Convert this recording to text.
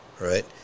right